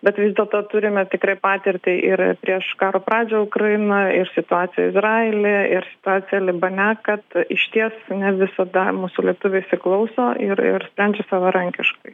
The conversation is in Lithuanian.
bet vis dėlto turime tikrai patirtį ir prieš karo pradžią ukraino ir situacija izraelyje ir situacija libane kad išties ne visada mūsų lietuviai įsiklauso ir ir sprendžia savarankiškai